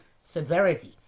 severity